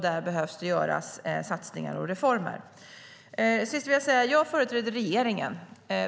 Där behövs satsningar och reformer. Till sist vill jag säga att jag företräder regeringen.